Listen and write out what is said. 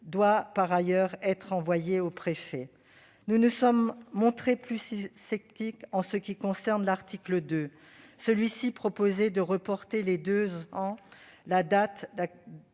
doit par ailleurs être envoyée aux préfets. Nous nous sommes montrés plus sceptiques en ce qui concerne l'article 2, qui reportait à l'origine de deux ans la date de